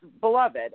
beloved